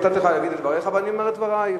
נתתי לך להגיד את דבריך, ואני אומר את דברי.